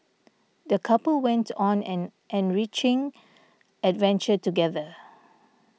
the couple went on an enriching adventure together